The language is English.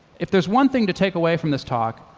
if there's one thing to take away from this talk,